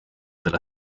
della